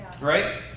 Right